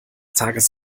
tages